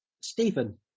Stephen